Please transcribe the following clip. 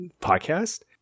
podcast